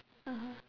(uh uh)